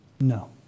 No